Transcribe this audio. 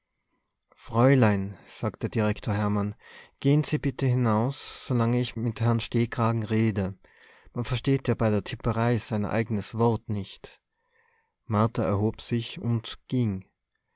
fräulein sagte direktor hermann gehen sie bitte hinaus solange ich mit herrn stehkragen rede man versteht ja bei der tipperei sein eigenes wort nicht martha erhob sich und ging